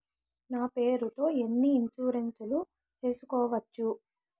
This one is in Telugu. నా పేరుతో ఎన్ని ఇన్సూరెన్సులు సేసుకోవచ్చు?